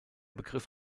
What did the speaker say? begriff